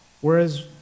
Whereas